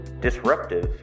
disruptive